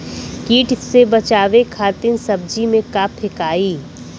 कीट से बचावे खातिन सब्जी में का फेकाई?